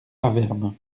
avermes